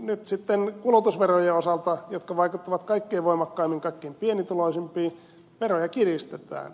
nyt sitten kulutusverojen osalta jotka vaikuttavat kaikkein voimakkaimmin kaikkein pienituloisimpiin veroja kiristetään